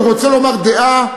הוא רוצה לומר דעה?